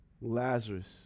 Lazarus